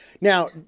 Now